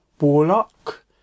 warlock